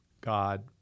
God